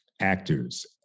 actors